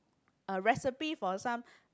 uh recipe for some